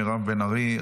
מירב בן ארי,